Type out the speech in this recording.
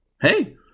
Hey